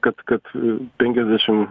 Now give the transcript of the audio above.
kad kad penkiasdešimt